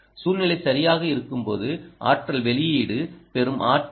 சூழ்நிலை சரியாக இருக்கும் போது ஆற்றல் வெளியீடு பெறும்